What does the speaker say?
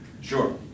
sure